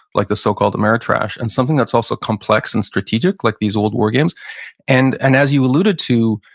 like the so-called ameritrash, and something that's also complex and strategic, like these old war games and and as you alluded to,